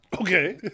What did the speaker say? Okay